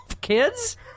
kids